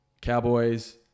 Cowboys